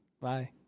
Bye